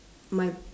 my